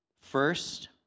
first